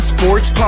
Sports